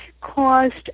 caused